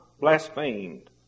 blasphemed